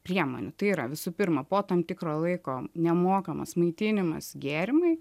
priemonių tai yra visų pirma po tam tikro laiko nemokamas maitinimas gėrimai